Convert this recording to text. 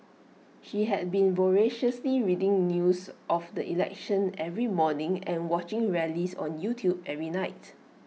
she had been voraciously reading news of the election every morning and watching rallies on YouTube every night